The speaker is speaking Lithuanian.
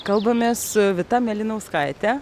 kalbamės su vita mėlynauskaite